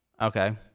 okay